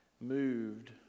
moved